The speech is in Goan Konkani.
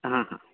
आंहा हा